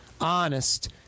Honest